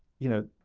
you know,